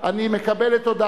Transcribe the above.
מי נגד?